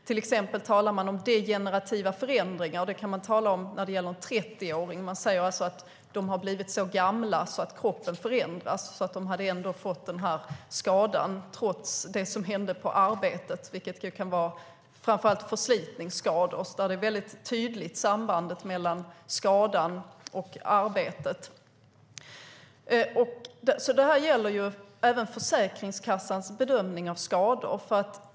Till exempel talar man om degenerativa förändringar hos 30-åringar. Man säger alltså att de blivit så gamla att kroppen förändrats och att de därför ändå skulle ha fått skadan, trots det som hände på arbetet. Det handlar framför allt om förslitningsskador där ju sambandet mellan skadan och arbetet är tydligt. Det här gäller även Försäkringskassans bedömning av skador.